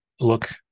look